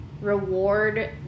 reward